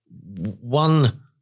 one